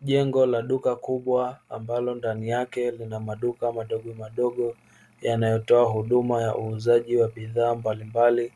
Jengo la duka kubwa ambalo ndani yake lina maduka madogomadogo yanayotoa huduma ya uuzaji wa bidhaa mbalimbali,